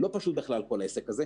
לא פשוט בכלל כל העסק הזה.